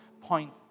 point